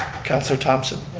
councilor thompson.